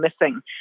missing